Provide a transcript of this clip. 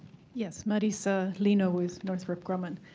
yes. marisa lino with northrop grumman.